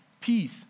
Peace